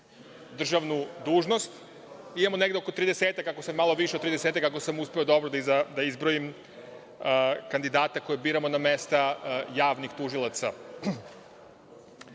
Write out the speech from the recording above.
državnu dužnost. Imamo negde oko tridesetak, malo više od tridesetak, ako sam uspeo dobro da izbrojim kandidate koje biramo na mesta javnih tužilaca. Da